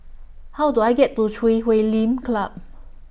How Do I get to Chui Huay Lim Club